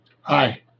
Hi